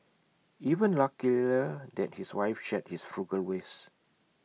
even luckier that his wife shared his frugal ways